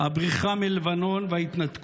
הבריחה מלבנון וההתנתקות.